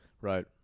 Right